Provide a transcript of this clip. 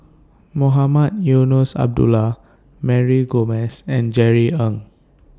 Mohamed Eunos Abdullah Mary Gomes and Jerry Ng